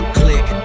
click